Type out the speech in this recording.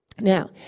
Now